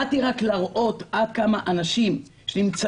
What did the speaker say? באתי רק להראות עד כמה אנשים שנמצאים